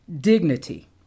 dignity